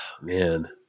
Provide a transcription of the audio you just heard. man